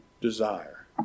desire